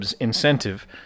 incentive